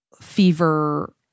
fever